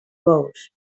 bous